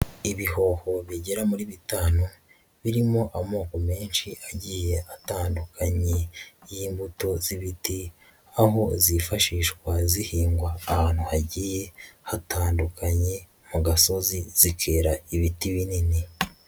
Ibihoho bigera muri bitanu birimo amoko menshi agiye atandukanye y'imbuto z'ibiti, aho zifashishwa zihingwa ahantu hagiye hatandukanye mu gasozi, zikera ibiti binini.